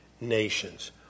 nations